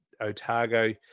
Otago